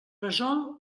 resol